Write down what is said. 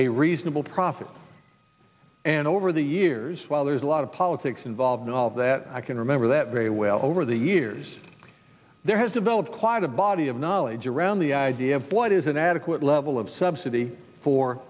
a reasonable profit and over the years well there's a lot of politics involved in all of that i can remember that very well over the years there has developed quite a body of knowledge around the idea of what is an adequate level of subsidy for